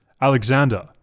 Alexander